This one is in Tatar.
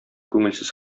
күңелсез